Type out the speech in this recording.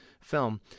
film